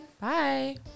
Bye